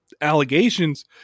allegations